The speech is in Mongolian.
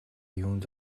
юунд